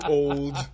old